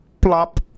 Plop